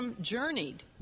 journeyed